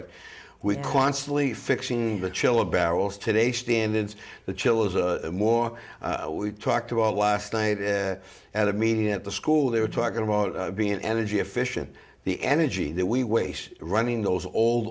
it we constantly fixing the chill of barrels today standards the chill is a more we talked about last night at a meeting at the school they were talking about being energy efficient the energy that we waste running those old